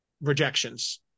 rejections